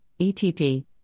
ETP